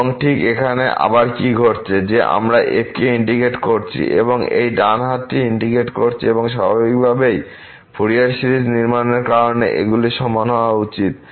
এবং ঠিক এখানে আবার কি ঘটছে যে আমরা f কে ইন্টিগ্রেট করছি এবং এই ডান হাতটি ইন্টিগ্রেট করছি এবং স্বাভাবিকভাবেই ফুরিয়ার সিরিজ নির্মাণের কারণে এগুলি সমান হওয়া উচিত